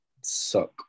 suck